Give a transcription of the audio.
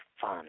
fun